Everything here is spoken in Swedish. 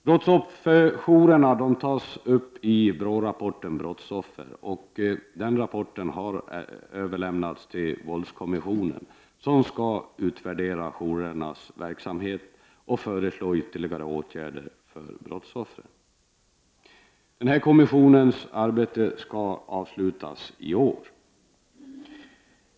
Brottsofferjourerna tas upp i BRÅ-rapporten Brottsoffer, och den har överlämnats till våldskommissionen, som skall utvärdera jourernas verksamhet och föreslå ytterligare åtgärder för brottsoffren. Kommissionens arbete skall avslutas i år.